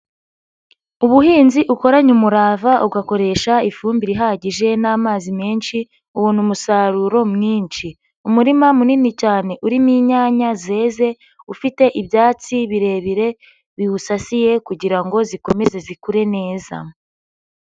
Ubuhinzi ukoranye umurava ugakoresha ifumbire ihagije n'amazi menshi ubona umusaruro mwinshi. Umurima munini cyane urimo inyanya zeze, ufite ibyatsi birebire biwusasiye kugira ngo zikomeze zikure neza.